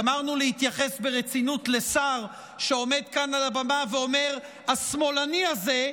גמרנו להתייחס ברצינות לשר שעומד כאן על הבמה ואומר: השמאלני הזה,